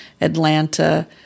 Atlanta